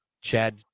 Chad